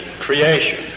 creation